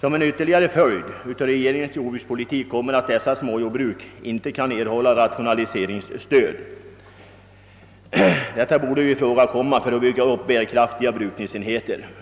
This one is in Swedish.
Som en ytterligare följd av regeringens jordbrukspolitik kommer att småjordbruk inte kan erhålla rationaliseringsstöd. Sådant borde ifrågakomma för att bygga upp bärkraftiga brukningsenheter.